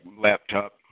laptop